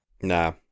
Nah